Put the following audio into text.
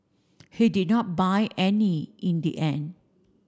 he did not buy any in the end